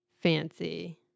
fancy